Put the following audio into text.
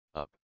up